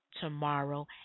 tomorrow